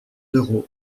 d’euros